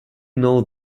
know